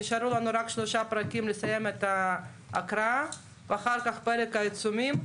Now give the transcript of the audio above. נשארו לנו רק שלושה פרקים לסיים את ההקראה ואחר כך פרק העיצומים.